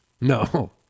No